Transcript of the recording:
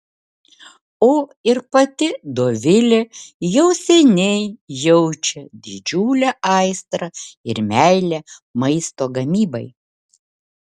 o ir pati dovilė jau seniai jaučia didžiulę aistrą ir meilę maisto gamybai